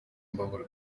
imbabura